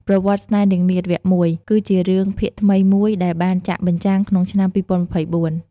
ប្រវត្តិស្នេហ៍នាងនាថ វគ្គ ១ គឺជារឿងភាគថ្មីមួយដែលបានចាក់បញ្ចាំងក្នុងឆ្នាំ ២០២៤។